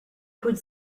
could